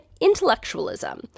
intellectualism